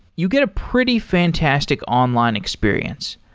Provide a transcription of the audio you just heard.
you get a pretty fantastic online experience,